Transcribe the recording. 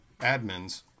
admins